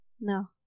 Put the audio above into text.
No